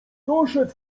doszedł